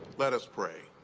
let us pray.